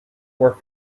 were